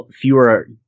fewer